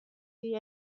wie